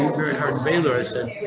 hard trailer, i said.